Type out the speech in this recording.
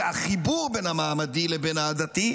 החיבור בין המעמדי לבין העדתי,